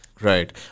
right